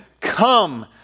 come